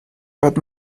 but